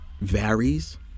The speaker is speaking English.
varies